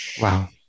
Wow